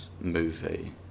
movie